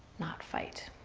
not fight